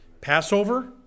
Passover